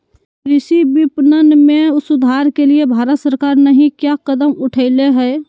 कृषि विपणन में सुधार के लिए भारत सरकार नहीं क्या कदम उठैले हैय?